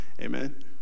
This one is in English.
amen